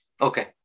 Okay